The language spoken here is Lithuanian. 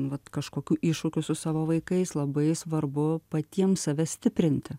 vat kažkokių iššūkių su savo vaikais labai svarbu patiem save stiprinti